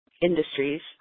industries